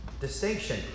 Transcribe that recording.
distinction